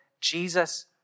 Jesus